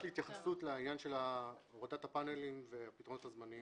יש לי התייחסות לעניין הורדת הפנלים והפתרונות הזמניים.